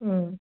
ꯎꯝ